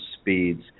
speeds